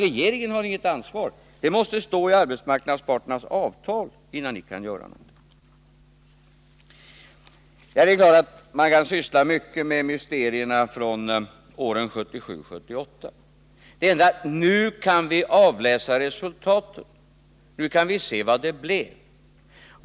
Regeringen tycks inte ha något ansvar förrän det står i arbetsmarknadsparternas avtal att den skall göra något. Det är klart att man kan syssla mycket med mysterierna från åren 1977 och 1978. Men nu kan vi avläsa resultatet, nu kan vi se vad det blev.